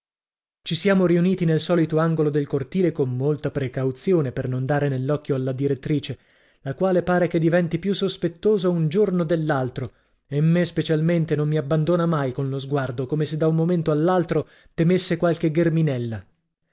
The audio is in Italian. ci siamo riuniti nel solito angolo del cortile con molta precauzione per non dare nell'occhio alla direttrice la quale pare che diventi più sospettosa un giorno dell'altro e me specialmente non mi abbandona mai con lo sguardo come se da un momento all'altro temesse qualche